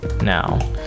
now